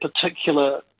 particular